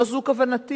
לא זו כוונתי.